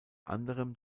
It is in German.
anderem